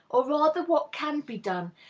or rather what can be done,